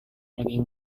daging